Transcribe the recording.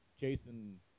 Jason